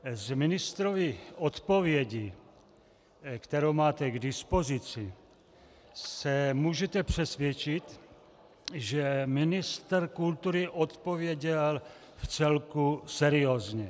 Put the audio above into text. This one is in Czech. Z ministrovy odpovědi, kterou máte k dispozici, se můžete přesvědčit, že ministr odpověděl vcelku seriózně.